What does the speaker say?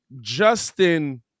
Justin